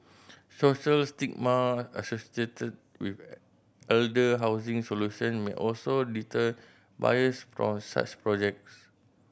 social stigma associated with elder housing solution may also deter buyers from such projects